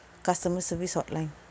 customer service hotline